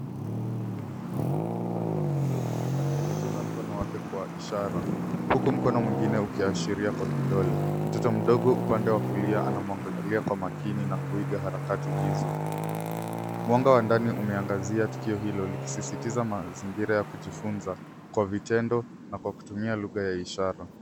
Mtu mzima ameketi upande wa kushoto akielekeza mkono wake kwa ishara huku mkono mwingine ukiashiria kwa kidole. Mtoto mdogo upande wa kulia anamwangalia kwa makini na kuiga harakati hizo. Mwanga wa ndani unaangazia tukio hilo likisisitiza mazingira ya kujifunza kwa vitendo na kwa kutumia lugha ya ishara.